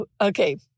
Okay